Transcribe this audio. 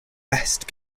best